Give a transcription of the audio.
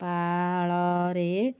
ପାଳରେ